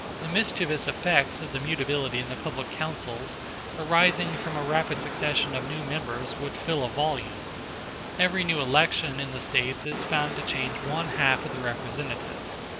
the mischievous effects of the mutability in the public councils arising from a rapid succession of new members would fill a volume every new election in the states is found to change one-half of the representatives.